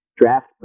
draft